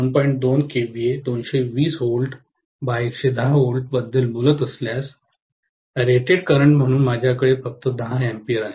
2 KVA 220 volt by 110V बद्दल बोलत असल्यास रेटेड करंट म्हणून माझ्याकडे फक्त 10 A आहे